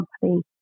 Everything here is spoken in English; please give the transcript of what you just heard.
company